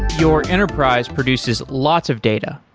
your enterprise produces lots of data,